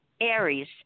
Aries